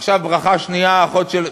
עכשיו, ברכה שנייה, אחות של,